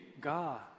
God